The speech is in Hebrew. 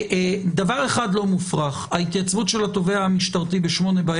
דבר אחד לא מופרך ההתייצבות של התובע המשטרתי ב-20:00